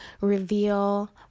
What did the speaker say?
reveal